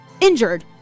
injured